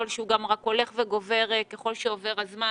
שגם רק הולך וגובר ככול שעובר הזמן